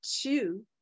two